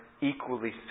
equally